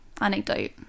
anecdote